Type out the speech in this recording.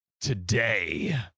today